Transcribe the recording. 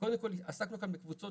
קודם כל עסקנו כאן בקבוצות